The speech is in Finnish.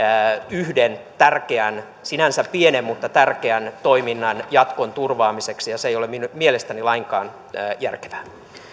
yhden tärkeän sinänsä pienen mutta tärkeän toiminnan jatkon turvaamiseksi se ei ole mielestäni lainkaan järkevää